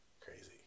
crazy